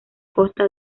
costa